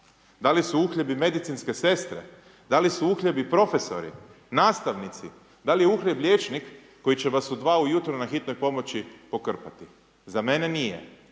Da li su uhljebi medicinske sestre? Da li su uhljebi profesori, nastavnici? Da li je uhljeb liječnik koji će vas u 2 ujutro na hitnoj pomoći pokrpati? Za mene nije.